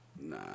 Nah